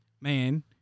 Man